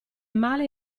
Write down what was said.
male